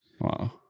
Wow